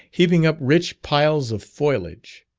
heaping up rich piles of foliage,